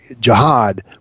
Jihad